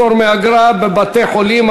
פטור מאגרה בבתי-חולים),